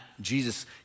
Jesus